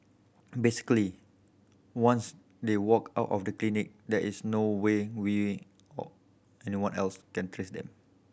basically once they walk out of the clinic there is no way we or anyone else can trace them